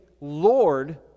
Lord